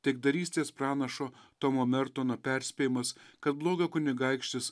taikdarystės pranašo tomo mertono perspėjimas kad blogio kunigaikštis